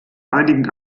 einigen